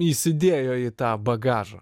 įsidėjo į tą bagažą